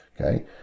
okay